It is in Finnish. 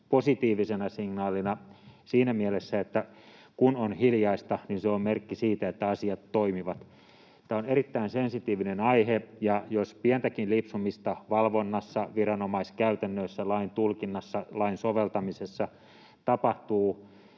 positiivisena signaalina siinä mielessä, että kun on hiljaista, niin se on merkki siitä, että asiat toimivat. Tämä on erittäin sensitiivinen aihe, ja jos pientäkin lipsumista valvonnassa, viranomaiskäytännöissä lain tulkinnassa, lain soveltamisessa, tapahtuu,